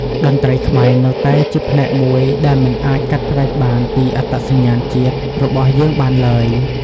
តន្ត្រីខ្មែរនៅតែជាផ្នែកមួយដែលមិនអាចកាត់ផ្ដាច់បានពីអត្តសញ្ញាណជាតិរបស់យើងបានទ្បើយ។